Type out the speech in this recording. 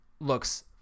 looks